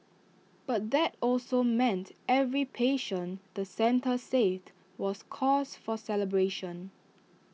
but that also meant every patient the centre saved was cause for celebration